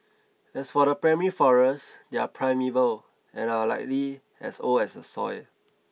as for the primary forest they're primeval and are likely as old as the soil